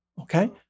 Okay